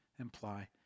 imply